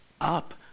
up